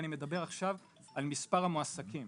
אני מדבר עכשיו על מספר המועסקים